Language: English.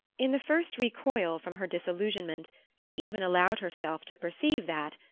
in the first recoil from her disillusionment she even allowed herself to perceive that,